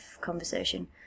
conversation